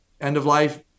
end-of-life